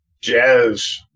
jazz